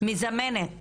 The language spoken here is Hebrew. מזמנת